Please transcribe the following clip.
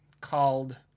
called